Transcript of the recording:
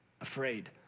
afraid